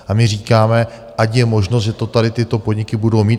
A my říkáme ať je možnost, že to tady tyto podniky budou mít.